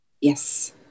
Yes